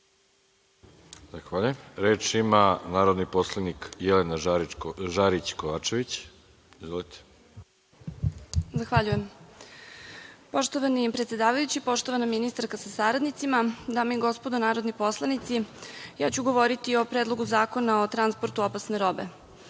Zahvaljujem. Reč ima narodni poslanik Jelena Žarić Kovačević. Izvolite. **Jelena Žarić Kovačević** Poštovani predsedavajući, poštovana ministarka sa saradnicima, dame i gospodo narodni poslanici, ja ću govoriti o predlogu Zakona o transportu opasne robe. Kada